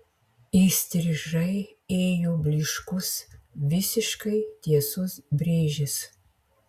įstrižai ėjo blyškus visiškai tiesus brėžis